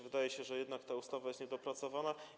Wydaje się, że jednak ta ustawa jest niedopracowana.